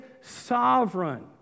sovereign